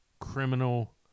criminal